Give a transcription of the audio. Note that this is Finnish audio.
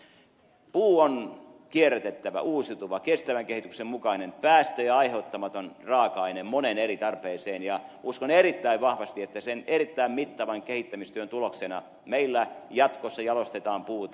puu on kierrätettävä uusiutuva kestävän kehityksen mukainen päästöjä aiheuttamaton raaka aine moneen eri tarpeeseen ja uskon erittäin vahvasti että sen erittäin mittavan kehittämistyön tuloksena meillä jatkossa jalostetaan puuta